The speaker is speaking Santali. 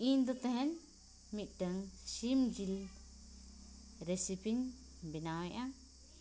ᱤᱧᱫᱚ ᱛᱮᱦᱮᱧ ᱢᱤᱫᱴᱟᱝ ᱥᱤᱢᱡᱤᱞ ᱨᱮᱥᱤᱯᱤᱧ ᱵᱮᱱᱟᱣᱮᱫᱼᱟ